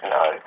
no